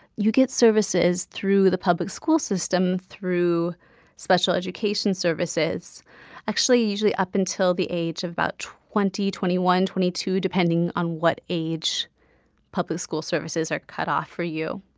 you get services through the public school system through special education services actually, usually up until the age of about twenty, twenty one, twenty two, depending on what age public school services are cut off for you.